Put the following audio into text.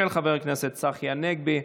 של חבר הכנסת צחי הנגבי.